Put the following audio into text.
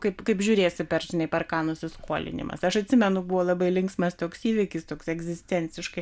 kaip kaip žiūrėsi per žinai nusiskolinimas aš atsimenu buvo labai linksmas toks įvykis toks egzistenciškai